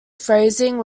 phrasing